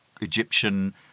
Egyptian